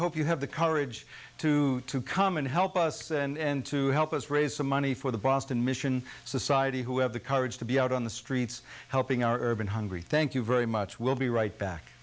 hope you have the courage to to come and help us and to help us raise some money for the boston mission society who have the courage to be out on the streets helping our urban hungry thank you very much we'll be right back